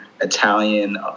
italian